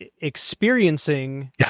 experiencing